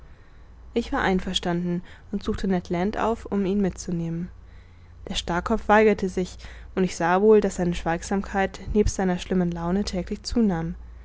ich war einverstanden und suchte ned land auf um ihn mit zu nehmen der starrkopf weigerte sich und ich sah wohl daß seine schweigsamkeit nebst seiner schlimmen laune täglich zunahm